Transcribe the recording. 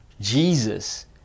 Jesus